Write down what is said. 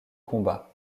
combat